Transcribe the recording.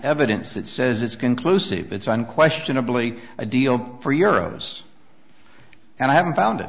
evidence that says it's conclusive it's unquestionably a deal for euro's and i haven't found